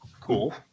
Cool